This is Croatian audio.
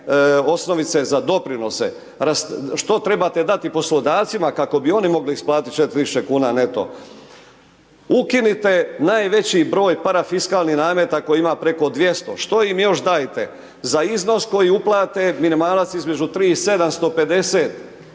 osnovice za doprinose, što trebate dati poslodavcima kako bi oni mogli isplatili 4000 kuna neto. Ukinite najveći broj parafiskalnih nameta koje ima preko 200. što im još dajete? Za iznos koji uplate minimalac između 3750